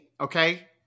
okay